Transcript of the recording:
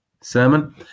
sermon